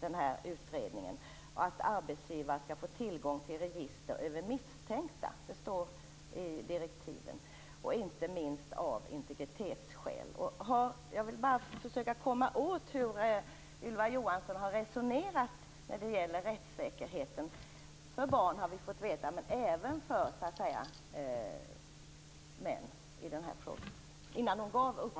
den här utredningen och till att arbetsgivare skall få tillgång till register över misstänkta - det står i direktiven - inte minst av integritetsskäl. Jag vill bara försöka komma åt hur Ylva Johansson har resonerat när det gäller rättssäkerheten i den här frågan. Rättssäkerheten för barn har hon talat om, men det gäller även för män.